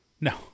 No